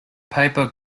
paper